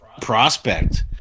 prospect